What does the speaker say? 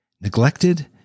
Neglected